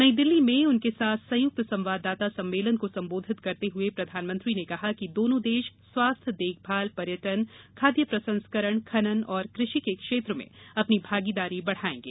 नई दिल्ली में उनके साथ संयुक्त संवाददाता सम्मेलन को संबोधित करते हुए प्रधानमंत्री ने कहा कि दोनों देश स्वास्थ्य देखभाल पर्यटन खाद्य प्रसंस्करण खनन और कृषि के क्षेत्र में अपनी भागीदारी बढ़ाएगे